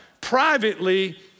privately